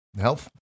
Health